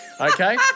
okay